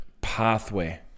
pathway